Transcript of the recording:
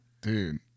Dude